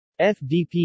FDP